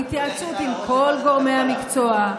בהתייעצות עם כל גורמי המקצוע.